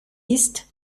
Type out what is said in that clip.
ist